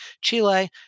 Chile